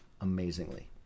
amazingly